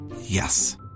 Yes